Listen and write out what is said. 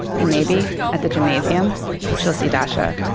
and, maybe at the gymnasium she'll see dasa.